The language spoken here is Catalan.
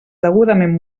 degudament